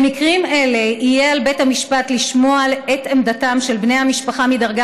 במקרים אלה יהיה על בית המשפט לשמוע את עמדתם של בני המשפחה מדרגה